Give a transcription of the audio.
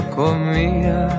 comía